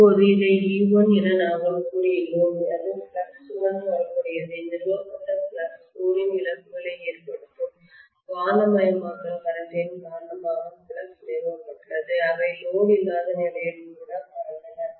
இப்போது இதை e1 என நாங்கள் கூறியுள்ளோம் இது ஃப்ளக்ஸ் உடன் தொடர்புடையது நிறுவப்பட்ட ஃப்ளக்ஸ்கோரின் இழப்புகளை ஏற்படுத்தும் காந்தமயமாக்கல் கரெண்ட் ன் காரணமாக ஃப்ளக்ஸ் நிறுவப்பட்டுள்ளது அவை லோடு இல்லாத நிலையில் கூட பறந்தன